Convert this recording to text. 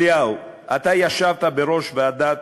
אליהו, אתה ישבת בראש הוועדה